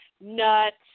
nuts